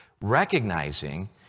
recognizing